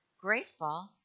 grateful